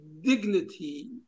dignity